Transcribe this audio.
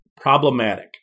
problematic